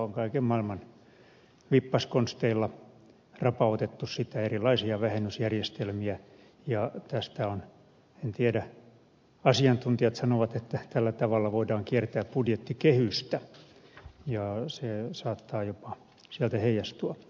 sitä on kaiken maailman vippaskonsteilla rapautettu on erilaisia vähennysjärjestelmiä ja asiantuntijat sanovat että tällä tavalla voidaan kiertää budjettikehystä ja se saattaa jopa sieltä heijastua